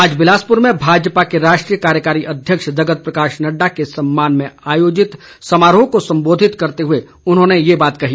आज बिलासपुर में भाजपा के राष्ट्रीय कार्यकारी अध्यक्ष जगत प्रकाश नड्डा के सम्मान में आयोजित समारोह को सम्बोधित करते हुए उन्होंने ये बात कही